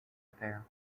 affair